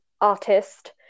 artist